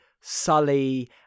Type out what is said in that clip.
sully